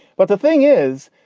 but the thing is,